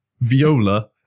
Viola